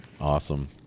Awesome